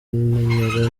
numero